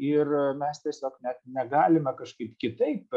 ir mes tiesiog net negalime kažkaip kitaip